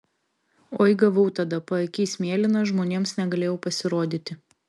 oi gavau tada paakys mėlynas žmonėms negalėjau pasirodyti